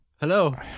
Hello